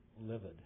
livid